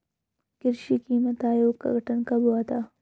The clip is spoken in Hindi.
कृषि कीमत आयोग का गठन कब हुआ था?